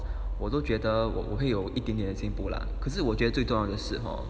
我都觉得我我会有一点点进步 lah 可是我觉得最重要的是 hor